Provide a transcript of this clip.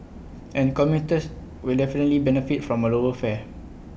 and commuters will definitely benefit from A lower fare